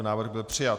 Návrh byl přijat.